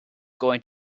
going